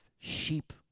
sheep